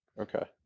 Okay